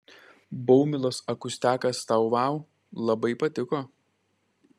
baumilos akustiakas tau vau labai patiko